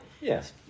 Yes